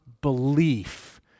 belief